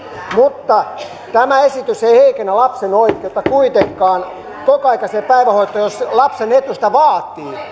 mutta tämä esitys ei kuitenkaan heikennä lapsen oikeutta kokoaikaiseen päivähoitoon jos lapsen etu sitä vaatii